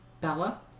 Bella